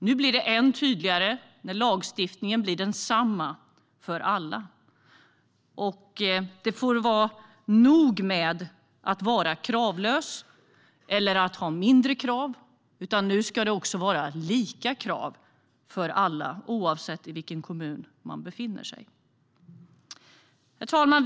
Nu blir det än tydligare när lagstiftningen blir densamma för alla. Det får vara nog med att vara kravlös eller att ha mindre krav. Nu ska det vara lika krav för alla, oavsett i vilken kommun man befinner sig. Herr talman!